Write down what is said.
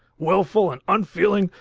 wilful and unfeeling,